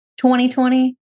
2020